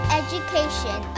education